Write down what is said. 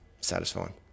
satisfying